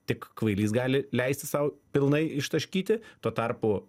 tik kvailys gali leisti sau pilnai ištaškyti tuo tarpu